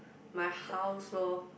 my house lor